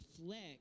reflect